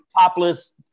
topless